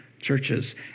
churches